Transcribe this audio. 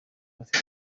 bafite